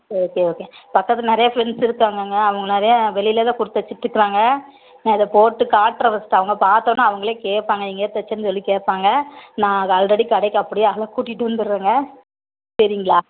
சரி okay okay பக்கத்தில் நிறையா ஃபிரெண்ட்ஸ் இருக்காங்கங்க அவங்க நிறைய வெளியில் தான் கொடுத்து தச்சிட்டுருக்காங்க நான் இதை போட்டு காட்டுறேன் ஃபஸ்ட்டு பார்த்தவொடனே அவங்களே கேட்பாங்க எங்கே தச்சேனு சொல்லி கேட்பாங்க நான் அதை ஆல்ரெடி கடைக்கு அப்படியே ஆளை கூட்டிகிட்டு வந்துடறேங்க சரிங்களா